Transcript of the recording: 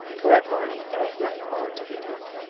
toward morning there was nothing more to be done,